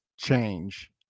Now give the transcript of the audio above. change